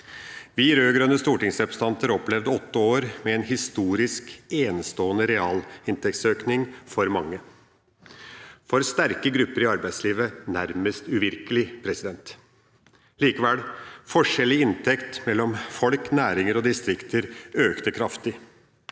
Vi rød-grønne stortingsrepresentanter opplevde åtte år med en historisk enestående realinntektsøkning for mange – for sterke grupper i arbeidslivet nærmest uvirkelig. Likevel har forskjell i inntekt mellom folk, næringer og distrikter økt kraftig.